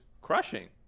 crushing